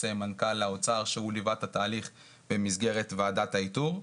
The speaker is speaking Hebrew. מנכ"ל האוצר שליווה את התהליך במסגרת ועדת האיתור,